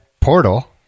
Portal